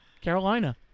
Carolina